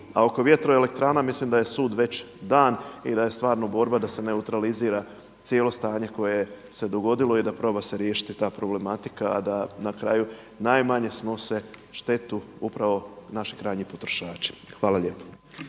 A oko vjetroelektrana mislim da je sud već dan i da je stvarno borba da se neutralizira cijelo stanje koje se dogodilo i da se proba riješiti ta problematika, a da na kraju najmanje snose štetu upravo naši krajnji potrošači. Hvala lijepo.